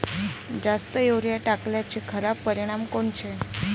जास्त युरीया टाकल्याचे खराब परिनाम कोनचे?